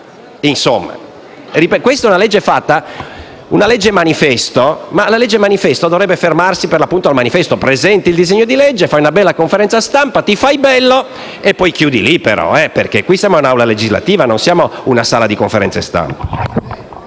Insomma, questa è una legge manifesto, ma in quanto tale dovrebbe fermarsi per l'appunto a questo: presenti un disegno di legge, fai una conferenza stampa, ti fai bello e poi però chiudi lì, perché qui siamo in un'Aula legislativa, non in una sala di conferenze stampa.